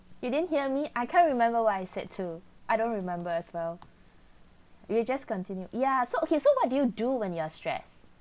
you didn't hear me I can't remember what I said to I don't remember as well we will just continue ya so okay so what do you do when you are stress